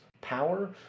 power